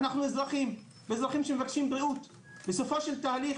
אנחנו אזרחים ואזרחים שמבקשים בריאות בסופו של תהליך.